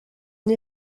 une